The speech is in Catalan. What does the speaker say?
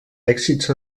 èxits